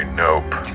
nope